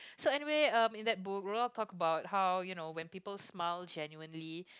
so anyway um in that book Roald-Dahl talk about how you know when people smile genuinely